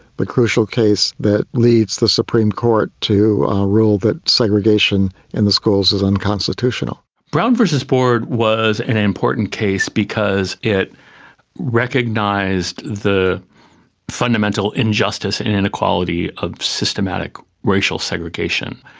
the crucial case that leads the supreme court to rule that segregation in the schools is unconstitutional. brown versus board was an important case because it recognised the fundamental injustice and inequality of systematic racial segregation.